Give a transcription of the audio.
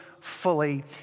fully